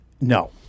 No